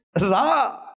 Ra